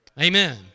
Amen